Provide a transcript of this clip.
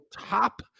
top